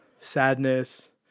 sadness